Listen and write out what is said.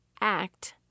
act